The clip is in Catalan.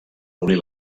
abolir